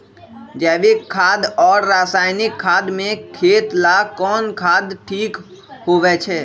जैविक खाद और रासायनिक खाद में खेत ला कौन खाद ठीक होवैछे?